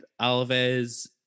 Alves